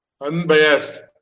unbiased